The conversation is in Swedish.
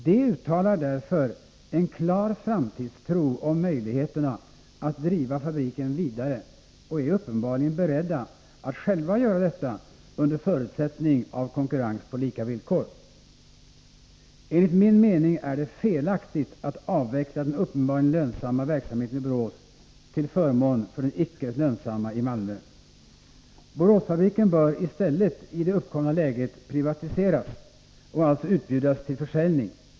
De uttalar därför en klar framtidstro på möjligheterna att driva fabriken vidare och är uppenbarligen beredda att själva göra detta under förutsättning av konkurrens på lika villkor. Enligt min mening är det felaktigt att avveckla den uppenbarligen lönsamma verksamheten i Borås till förmån för den icke lönsamma i Malmö. Boråsfabriken bör i stället i det uppkomna läget privatiseras och alltså utbjudas till försäljning.